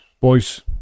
boys